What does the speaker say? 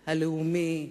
הלאומי,